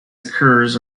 occurs